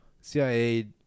CIA